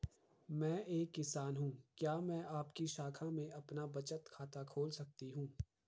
मैं एक किसान हूँ क्या मैं आपकी शाखा में अपना बचत खाता खोल सकती हूँ?